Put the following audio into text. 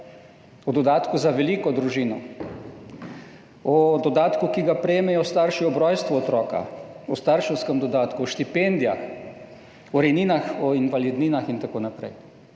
o dodatku za veliko družino, o dodatku, ki ga prejmejo starši ob rojstvu otroka, o starševskem dodatku, o štipendijah, o rejninah, o invalidninah in tako naprej. Torej,